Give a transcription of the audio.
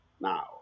Now